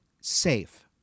safe